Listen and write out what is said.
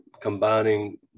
combining